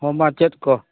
ᱦᱮᱸ ᱢᱟ ᱪᱮᱫᱠᱚ